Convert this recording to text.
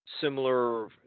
similar